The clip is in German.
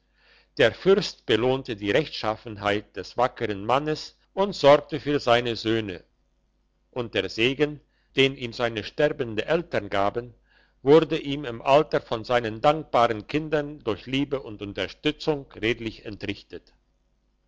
der fürst belohnte die rechtschaffenheit des wackern mannes sorgte für seine söhne und der segen den ihm seine sterbenden eltern gaben wurde ihm im alter von seinen dankbaren kindern durch liebe und unterstützung redlich entrichtet